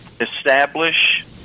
establish